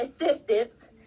assistance